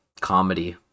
comedy